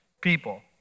people